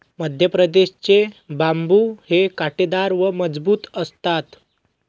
मध्यप्रदेश चे बांबु हे काटेदार व मजबूत असतात